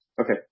okay